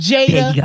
Jada